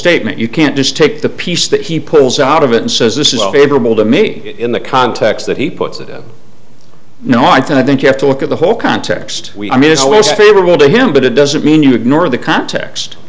statement you can't just take the piece that he pulls out of it and says this is favorable to me in the context that he puts that no i think i think you have to look at the whole context we i mean it was favorable to him but it doesn't mean you ignore the context